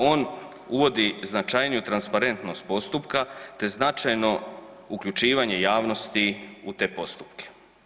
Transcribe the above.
On uvodi značajniju transparentnost postupka te značajno uključivanje javnosti u te postupke.